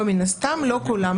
לא מן הסתם, לא כולם.